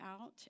out